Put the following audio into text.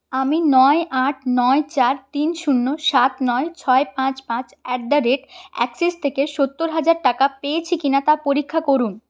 আমি নয় আট নয় চার তিন শূন্য সাত নয় ছয় পাঁচ পাঁচ এট দা রেট এক্সিস থেকে সত্তর টাকা পেয়েছি কিনা তা পরীক্ষা করুন